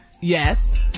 Yes